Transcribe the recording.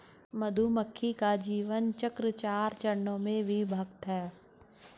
मधुमक्खी का जीवन चक्र चार चरणों में विभक्त है